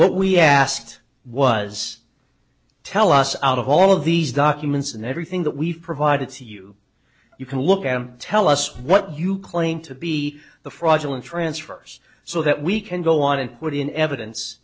what we asked was tell us out of all of these documents and everything that we've provided to you you can look at them tell us what you claim to be the fraudulent transfers so that we can go on and put in evidence